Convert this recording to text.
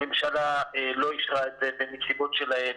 הממשלה לא אישרה את זה מהסיבות שלהם,